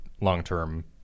long-term